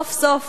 סוף-סוף,